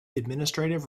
administrative